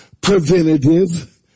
preventative